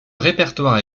répertoire